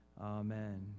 Amen